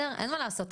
אין מה לעשות,